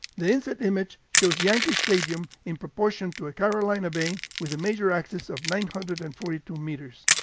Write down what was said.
the inset image shows yankee stadium in proportion to a carolina bay with a major axis of nine hundred and forty two meters.